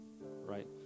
right